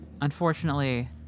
Unfortunately